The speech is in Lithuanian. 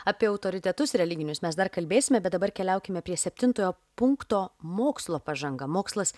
apie autoritetus religinius mes dar kalbėsime bet dabar keliaukime prie septintojo punkto mokslo pažanga mokslas